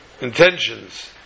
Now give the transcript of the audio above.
intentions